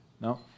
No